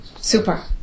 Super